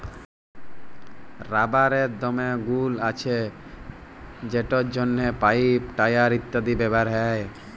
রাবারের দমে গুল্ আছে যেটর জ্যনহে পাইপ, টায়ার ইত্যাদিতে ব্যাভার হ্যয়